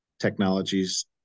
technologies